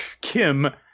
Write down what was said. Kim